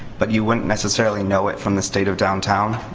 but you wouldn't necessarily know it from the state of downtown.